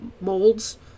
molds